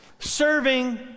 Serving